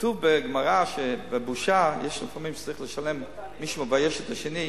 כתוב בגמרא שבבושה יש לפעמים שצריך לשלם מי שמבייש את השני,